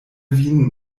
vin